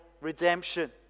Redemption